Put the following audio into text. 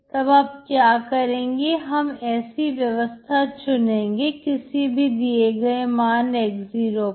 तब आप क्या करेंगे हमें ऐसी व्यवस्था चुनेंगे किसी भी दिए गए मान x0 पर